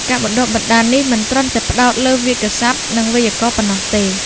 ការបណ្តុះបណ្តាលនេះមិនត្រឹមតែផ្តោតលើវាក្យសព្ទ និងវេយ្យាករណ៍ប៉ុណ្ណោះទេ។